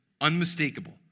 unmistakable